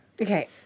Okay